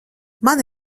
man